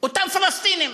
אותם פלסטינים.